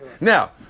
Now